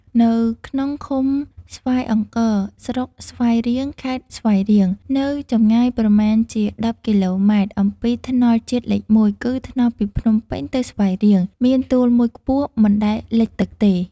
នៅក្នុងឃុំស្វាយអង្គ ស្រុកស្វាយរៀង ខេត្តស្វាយរៀង នៅចម្ងាយ ប្រមាណជា ១០ គ.ម. អំពីថ្នល់ជាតិលេខ ១ (គឺថ្នល់ពីភ្នំពេញទៅស្វាយរៀង) មានទួលមួយខ្ពស់ មិនដែលលិចទឹកទេ ។